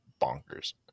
bonkers